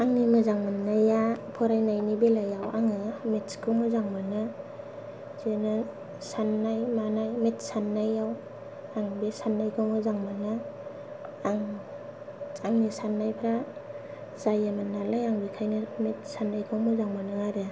आंनि मोजां मोन्नाया फरायनायनि बेलायाव आङो मेट्सखौ मोजां मोनो जेनो साननाय मानायाव मेट्स साननायाव आं बे सान्नायखौ मोजां मोनो आं आंनि सान्नायफ्रा जायामोन नालाय आं बेखायनो मेट्स सान्नायखौ मोजां मोनो आरो